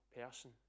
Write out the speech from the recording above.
person